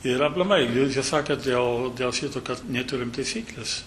ir aplamai girdžiu sakant dėl dėl šito kad neturim taisyklės